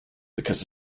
because